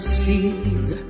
seeds